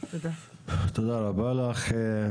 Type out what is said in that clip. תודה רבה לך.